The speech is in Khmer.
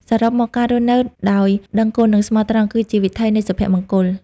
សរុបមក ការរស់នៅដោយដឹងគុណ និងស្មោះត្រង់ គឺជាវិថីនៃសុភមង្គល។